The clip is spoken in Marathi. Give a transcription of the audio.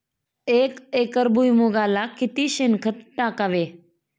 एक एकर भुईमुगाला किती शेणखत टाकावे?